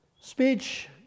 Speech